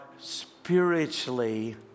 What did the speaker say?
spiritually